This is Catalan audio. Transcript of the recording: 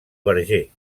verger